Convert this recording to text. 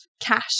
cash